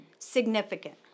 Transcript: significant